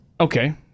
Okay